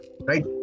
right